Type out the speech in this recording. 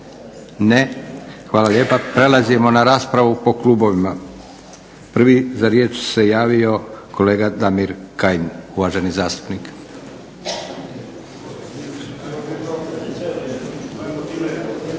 Ne. Hvala lijepa. Prelazimo na raspravu po klubovima. Prvi za riječ se javio kolega Damir Kajin, uvaženi zastupnik.